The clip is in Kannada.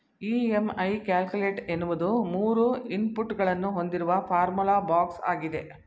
ಇ.ಎಂ.ಐ ಕ್ಯಾಲುಕೇಟ ಎನ್ನುವುದು ಮೂರು ಇನ್ಪುಟ್ ಗಳನ್ನು ಹೊಂದಿರುವ ಫಾರ್ಮುಲಾ ಬಾಕ್ಸ್ ಆಗಿದೆ